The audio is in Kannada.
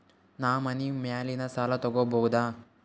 ನಾ ಮನಿ ಮ್ಯಾಲಿನ ಸಾಲ ತಗೋಬಹುದಾ?